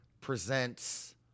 presents